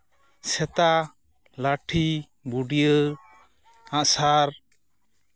ᱥᱮᱛᱟ ᱞᱟᱹᱴᱷᱤ ᱵᱩᱰᱭᱟᱹ ᱟᱜᱼᱥᱟᱨ